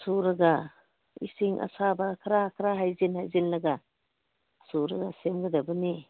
ꯁꯨꯔꯒ ꯏꯁꯤꯡ ꯑꯁꯥꯕ ꯈꯔ ꯈꯔ ꯖꯩꯖꯤꯜ ꯍꯩꯖꯤꯜꯂꯒ ꯁꯨꯔꯒ ꯁꯦꯝꯒꯗꯕꯅꯤ